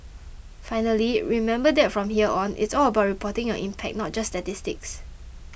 finally remember that from here on it's all about reporting your impact not just statistics